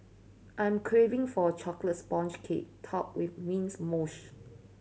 I'm craving for chocolates sponge cake top with mint mousse